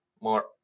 more